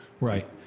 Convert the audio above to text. right